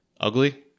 ugly